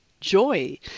joy